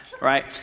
right